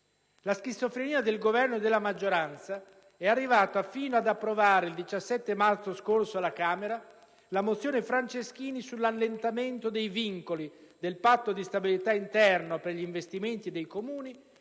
La schizofrenia del Governo e della maggioranza è arrivata fino ad approvare, il 17 marzo scorso alla Camera, la mozione Franceschini sull'allentamento dei vincoli del Patto di stabilità interno per gli investimenti dei Comuni,